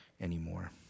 anymore